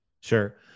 Sure